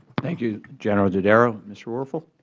thank you, general dodaro. mr. werfel?